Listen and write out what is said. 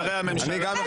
כהנא?